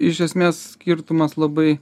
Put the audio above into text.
iš esmės skirtumas labai